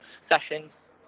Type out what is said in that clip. sessions